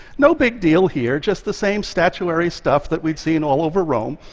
no big deal here, just the same statuary stuff that we'd seen all over rome.